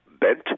bent